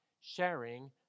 sharing